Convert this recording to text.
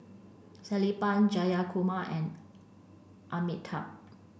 Sellapan Jayakumar and Amitabh